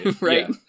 right